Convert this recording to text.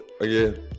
again